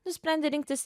nusprendė rinktis